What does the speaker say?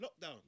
lockdown